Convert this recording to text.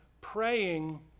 praying